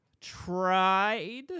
tried